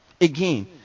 Again